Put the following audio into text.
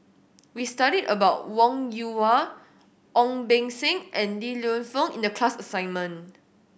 we studied about Wong Yoon Wah Ong Beng Seng and Li Lienfung in the class assignment